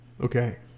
Okay